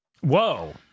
Whoa